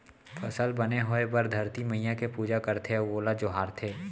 फसल बने होए बर धरती मईया के पूजा करथे अउ ओला जोहारथे